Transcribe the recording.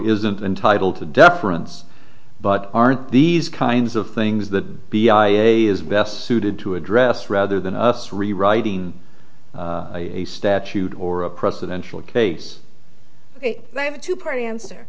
isn't entitled to deference but aren't these kinds of things that b i a is best suited to address rather than us rewriting a statute or a presidential case i have a two part answer